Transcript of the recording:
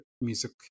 music